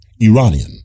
Iranian